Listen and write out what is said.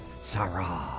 Sarah